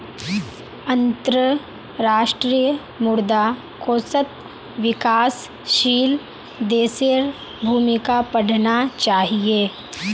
अंतर्राष्ट्रीय मुद्रा कोषत विकासशील देशेर भूमिका पढ़ना चाहिए